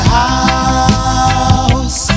house